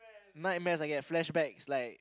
nightmares I get flashback like